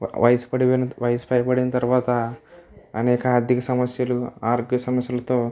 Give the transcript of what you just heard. వయసు పైబడిన తర్వాత అనేక ఆర్థిక సమస్యలు ఆరోగ్య సమస్యలతో